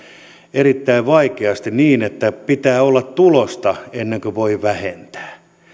erittäin vaikeasti niin että pitää olla tulosta ennen kuin voi vähentää